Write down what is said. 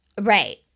right